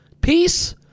Peace